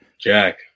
Jack